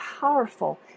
powerful